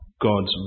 God's